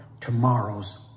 tomorrow's